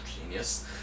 genius